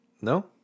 No